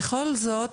בכל זאת